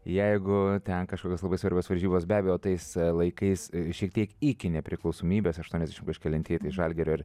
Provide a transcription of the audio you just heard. jeigu ten kažkokios labai svarbios varžybos be abejo tais laikais šiek tiek iki nepriklausomybės aštuoniasdešimt kažkelinti tai žalgirio ir